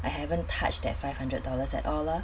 I haven't touched that five hundred dollars at all lor